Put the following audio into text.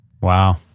Wow